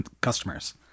customers